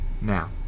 now